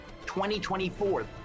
2024